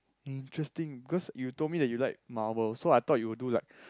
interesting because you told me that you like Marvel so I thought you will do like